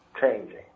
changing